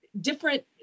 different